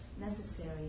necessary